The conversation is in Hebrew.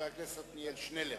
מה שתעשו, לא תשכנעו אותי שאתם שם.